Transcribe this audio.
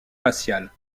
faciale